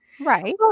Right